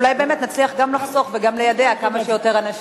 אולי באמת נצליח גם לחסוך וגם ליידע כמה שיותר אנשים.